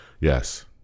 Yes